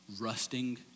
rusting